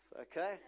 okay